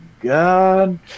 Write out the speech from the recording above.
God